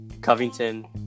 Covington